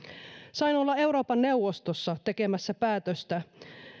sain olla euroopan neuvostossa tekemässä päätöstä